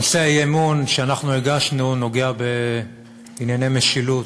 נושא האי-אמון שאנחנו הגשנו נוגע בענייני משילות,